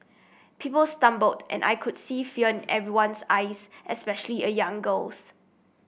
people stumbled and I could see fear everyone's eyes especially a young girl's